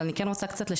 אבל אני כן רוצה לשתף,